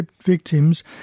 victims